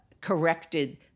corrected